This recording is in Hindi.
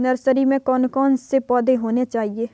नर्सरी में कौन कौन से पौधे होने चाहिए?